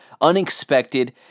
unexpected